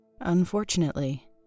Unfortunately